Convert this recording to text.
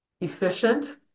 efficient